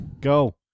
Go